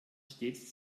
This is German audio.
stets